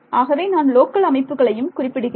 ஆகவே நான் லோக்கல் அமைப்புகளையும் குறிப்பிடுகிறேன்